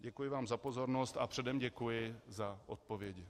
Děkuji vám za pozornost a předem děkuji za odpovědi.